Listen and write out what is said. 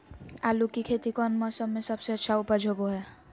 आलू की खेती कौन मौसम में सबसे अच्छा उपज होबो हय?